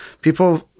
people